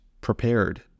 prepared